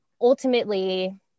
ultimately